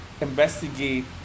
investigate